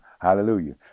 Hallelujah